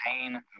pain